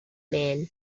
man